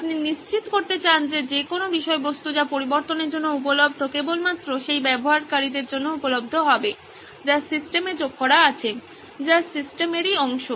আপনি নিশ্চিত করতে চান যে যেকোনো বিষয়বস্তু যা পরিবর্তনের জন্য উপলব্ধ কেবলমাত্র সেই ব্যবহারকারীদের জন্য উপলব্ধ হবে যা সিস্টেমে যোগ করা আছে যা সিস্টেমেরই অংশ